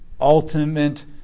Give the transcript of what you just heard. ultimate